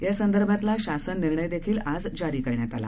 यासंदर्भातला शासन निर्णयदेखील आज जारी करण्यात आला